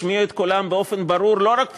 ישמיעו את קולם באופן ברור לא רק פנימה,